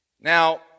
Now